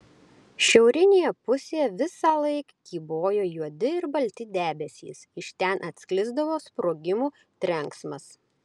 šiaurinėje pusėje visąlaik kybojo juodi ir balti debesys iš ten atsklisdavo sprogimų trenksmas